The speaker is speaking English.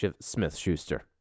Smith-Schuster